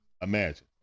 Imagine